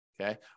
Okay